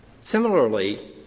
Similarly